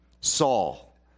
Saul